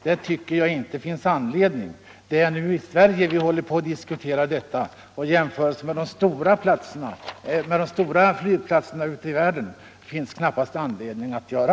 Det är i Sverige vi diskuterar den här frågan, och jämförelser med de stora flygplatserna ute i världen finns det knappast anledning att göra.